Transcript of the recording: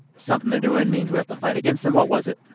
something they're doing means we have to fight against them? what was it?